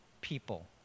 people